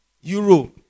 Euro